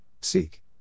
seek